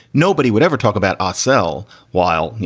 nobody would ever talk about asl while, you